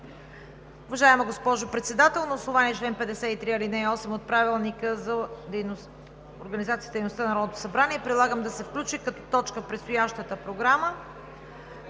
„Уважаема госпожо Председател, на основание чл. 53, ал. 8 от Правилника за организацията и дейността на Народното събрание предлагам да се включи като точка в предстоящата програма